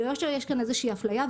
זה לא שיש כאן איזושהי אפליה.